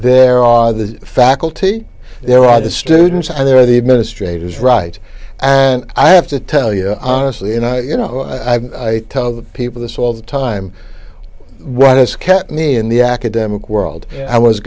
there are the faculty there are the students and there are the administrators right and i have to tell you honestly and i you know i tell people this all the time what has kept me in the academic world i was